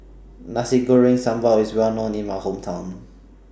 Nasi Goreng Sambal IS Well known in My Hometown